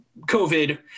COVID